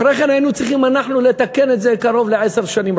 אחרי כן היינו צריכים לתקן את זה קרוב לעשר שנים,